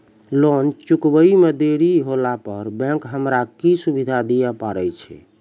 Loan चुकब इ मे देरी होला पर बैंक हमरा की सुविधा दिये पारे छै?